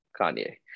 Kanye